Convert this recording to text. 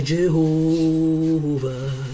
Jehovah